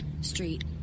street